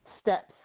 steps